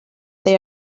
they